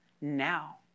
Now